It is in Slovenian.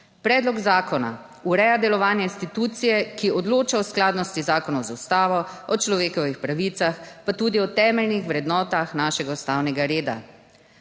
Predlog zakona ureja delovanje institucije, ki odloča o skladnosti zakonov z ustavo, o človekovih pravicah, pa tudi o temeljnih vrednotah našega ustavnega reda.